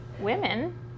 women